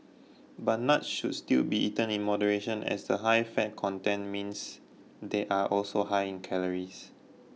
but nuts should still be eaten in moderation as the high fat content means they are also high in calories